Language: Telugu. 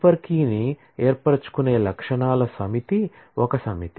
సూపర్ కీని ఏర్పరుచుకునే లక్షణాల సమితి ఒక సమితి